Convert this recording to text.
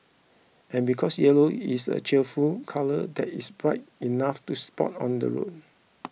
and because yellow is a cheerful colour that is bright enough to spot on the roads